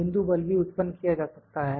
बिंदु बल भी उत्पन्न किया जा सकता है